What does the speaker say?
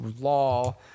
law